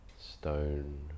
stone